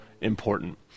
important